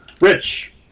Rich